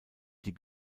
die